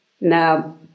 Now